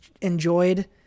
enjoyed